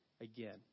again